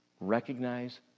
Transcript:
Recognize